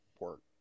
work